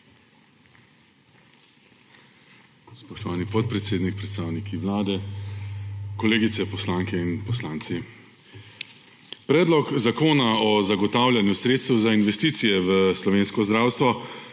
Spoštovani podpredsednik, predstavniki Vlade, kolegice poslanke in poslanci! Predlog zakona o zagotavljanju sredstev za investicije v slovensko zdravstvo